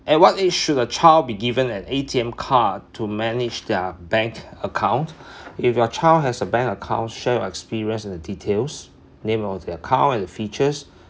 at what age should a child be given an A_T_M card to manage their bank account if your child has a bank account share your experience and the details name of the account and the features